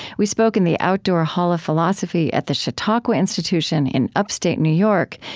we spoke in the outdoor hall of philosophy at the chautauqua institution in upstate new york,